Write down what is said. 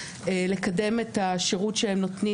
לקדם את השירות שהם נותנים,